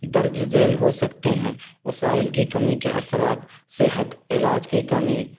درج ذیل ہو سکتے ہیں وسائل کی کمی کے اثرات صحت علاج کی کمی